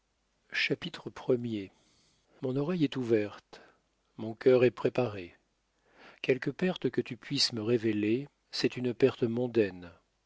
chapitre premier mon oreille est ouverte mon cœur est préparé quelque perte que tu puisses me révéler c'est une perte mondaine